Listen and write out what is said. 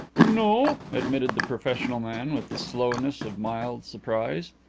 no, admitted the professional man, with the slowness of mild surprise.